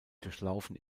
durchlaufen